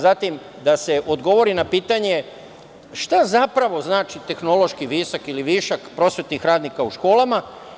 Zatim, da se odgovori na pitanje šta zapravo znači tehnološki višak prosvetnih radnika u školama.